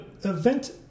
event